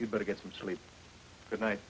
you'd better get some sleep tonight